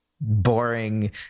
boring